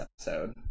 episode